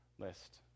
list